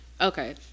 okay